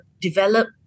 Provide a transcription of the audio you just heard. develop